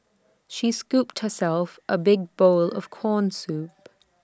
she scooped herself A big bowl of Corn Soup